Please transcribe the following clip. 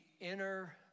inner